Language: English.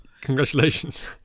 Congratulations